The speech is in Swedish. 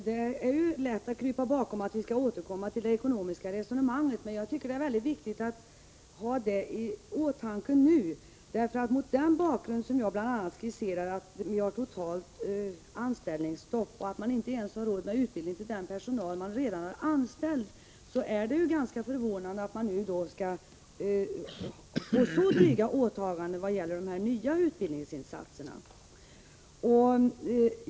Herr talman! Det är lätt att krypa bakom att vi skall återkomma till det ekonomiska resonemanget, men jag tycker att det är mycket viktigt att ha det i åtanke nu. Mot den bakgrund som jag bl.a. skisserar — man har totalt anställningsstopp och har inte ens råd med utbildning för den personal som man redan har anställd — är det ganska förvånande att man nu skall få så dryga åtaganden i vad avser de nya utbildningsinsatserna.